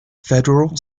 federal